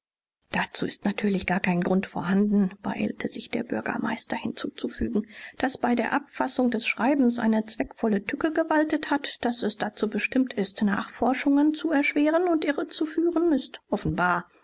dazu ist natürlich gar kein grund vorhanden beeilte sich der bürgermeister hinzuzufügen daß bei der abfassung des schreibens eine zweckvolle tücke gewaltet hat daß es dazu bestimmt ist nachforschungen zu erschweren und irrezuführen ist offenbar